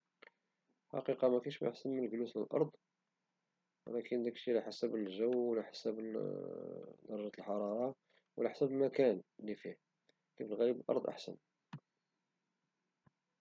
في الحقيقة مكينش حسن من الجلوس في الارض ولكن داكشي على حسب الجو وعلى حسب وهلى حسب درجة الحرارة وعلى حسب المكان اللي فيه ولكن الغالب في الارض احسن